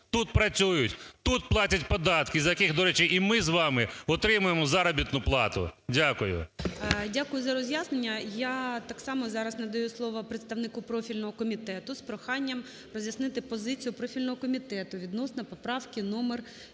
тут працюють, тут платять податки, за яких, до речі, і ми з вами отримуємо заробітну плату. Дякую. ГОЛОВУЮЧИЙ. Дякую за роз'яснення. Я так само зараз надаю слово представнику профільного комітету з проханням роз'яснити позицію профільного комітету відносно поправки номер